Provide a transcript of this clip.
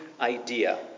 idea